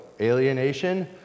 alienation